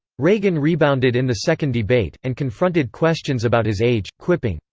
reagan rebounded in the second debate, and confronted questions about his age, quipping,